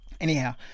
Anyhow